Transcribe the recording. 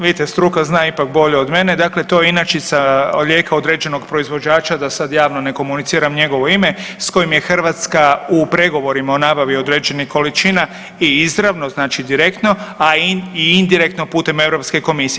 Vidite struka za ipak bolje od mene, dakle to je inačica lijeka određenog proizvođača, da sad javno ne komuniciram njegovo ime s kojim je Hrvatska u pregovorima o nabavi određenih količina i izravno znači direktno, a i indirektno putem Europske komisije.